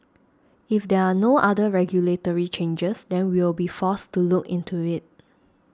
if there are no other regulatory changes then we'll be forced to look into it